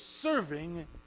serving